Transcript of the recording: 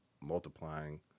multiplying